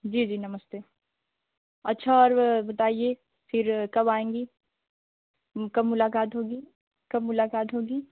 जी जी नमस्ते अच्छा और यह बताइए फ़िर कब आएँगी कब मुलाकात होगी कब मुलाकात होगी